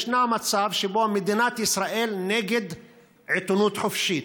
ישנו מצב שמדינת ישראל היא נגד עיתונות חופשית.